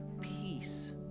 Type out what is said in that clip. peace